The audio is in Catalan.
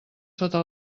sota